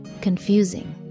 confusing